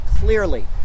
clearly